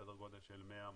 סדר גודל של 100,000,